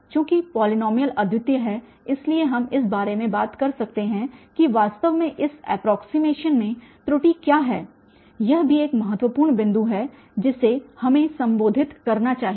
चूंकि पॉलीनॉमियल अद्वितीय है इसलिए हम इस बारे में बात कर सकते हैं कि वास्तव में इस एप्रोक्सीमेशन में त्रुटि क्या है यह भी एक महत्वपूर्ण बिंदु है जिसे हमें संबोधित करना चाहिए